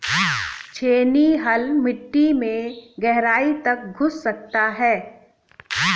छेनी हल मिट्टी में गहराई तक घुस सकता है